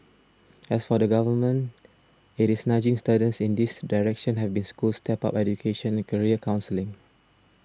as for the Government it is nudging students in this direction having schools step up education and career counselling